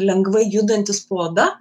lengvai judantis po oda